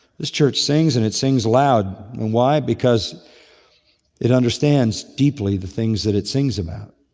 this church sings and it sings loud. and why? because it understands deeply the things that it sings about.